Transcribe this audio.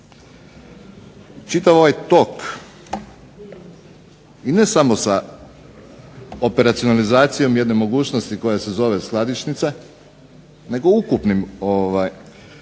čitav ovaj tok i ne samo da operacionalizacijom jedne mogućnosti koja se zove skladišnica, nego ukupnim